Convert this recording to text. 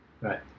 Right